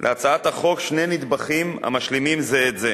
שני נדבכים המשלימים זה את זה: